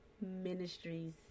Ministries